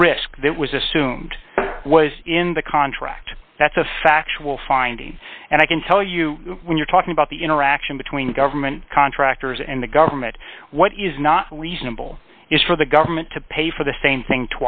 risk that was assumed was in the contract that's a factual finding and i can tell you when you're talking about the interaction between government contractors and the government what is not reasonable is for the government to pay for the same thing